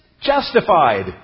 justified